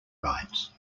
rides